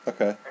Okay